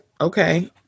okay